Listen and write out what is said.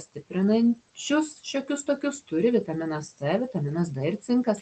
stiprinančius šiokius tokius turi vitaminas c vitaminas d ir cinkas